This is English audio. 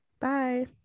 Bye